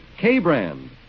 K-Brand